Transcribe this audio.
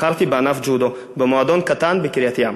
בחרתי בענף הג'ודו במועדון קטן בקריית-ים.